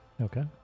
Okay